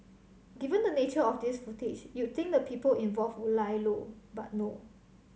given the nature of this footage you'd think the people involved would lie low but no